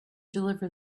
deliver